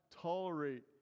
tolerate